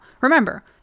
remember